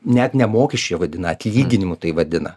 net ne mokesčiu vadina atlyginimu tai vadina